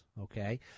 okay